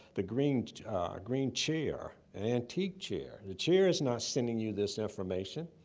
the green green chair and antique chair. the chair is not sending you this information.